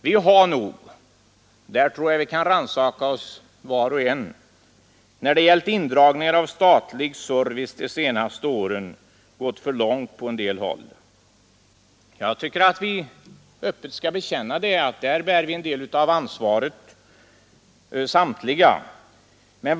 När det gällt indragningar av statlig service de senaste åren — där tror jag var och en av oss kan rannsaka sig — har vi nog gått för långt på Nr 144 en del håll. Jag tycker att vi öppet skall bekänna att vi alla där bär en del Fredagen den av ansvaret.